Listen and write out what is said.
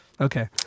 Okay